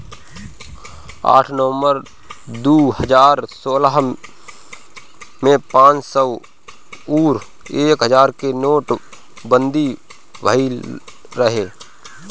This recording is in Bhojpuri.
आठ नवंबर दू हजार सोलह में पांच सौ अउरी एक हजार के नोटबंदी भईल रहे